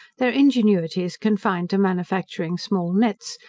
their ingenuity is confined to manufacturing small nets,